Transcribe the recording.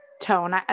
tone